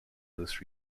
this